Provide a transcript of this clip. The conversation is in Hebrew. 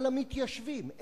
על המתיישבים.